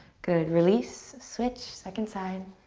good, release, switch, second side.